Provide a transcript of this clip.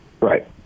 right